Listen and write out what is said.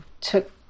took